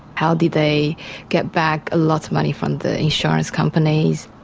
how did they get back lots of money from the insurance companies.